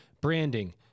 branding